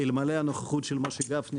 אלמלא הנוכחות של משה גפני,